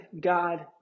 God